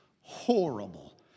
horrible